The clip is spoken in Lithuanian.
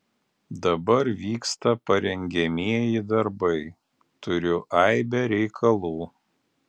dabar vyksta parengiamieji darbai turiu aibę reikalų